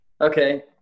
Okay